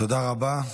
תודה רבה.